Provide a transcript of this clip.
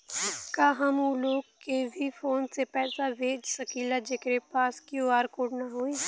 का हम ऊ लोग के भी फोन से पैसा भेज सकीला जेकरे पास क्यू.आर कोड न होई?